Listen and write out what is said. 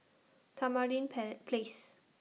Tamarind pair Place